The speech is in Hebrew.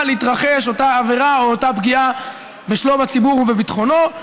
להתרחש אותה עבירה או אותה פגיעה בשלום הציבור ובביטחונו.